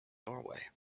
norway